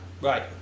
Right